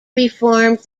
reformed